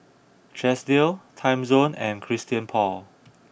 Chesdale Timezone and Christian Paul